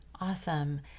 Awesome